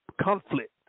conflict